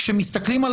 כשמסתכלים על